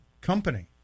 company